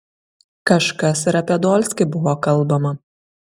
kažkas ir apie dolskį buvo kalbama